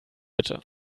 bitte